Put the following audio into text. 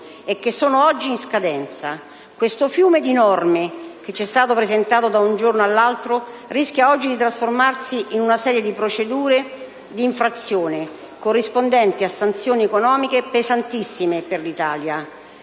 e che sono oggi in scadenza. Questo fiume di norme che ci è stato presentato da un giorno all'altro rischia oggi, di trasformarsi in una serie di procedure di infrazione corrispondenti a sanzioni economiche pesantissime per l'Italia.